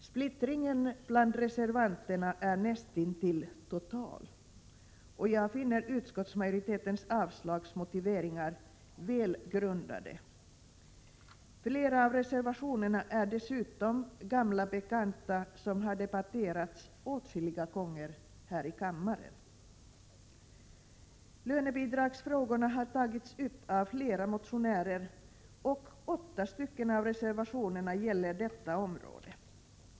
Splittringen bland reservanterna är näst intill total, och jag finner utskottsmajoritetens avslagsmotiveringar väl grundade. Flera av reservationerna är dessutom gamla bekanta, som åtskilliga gånger har debatterats i kammaren. Lönebidragsfrågorna har tagits upp av flera motionärer. Åtta av reservationerna gäller detta område.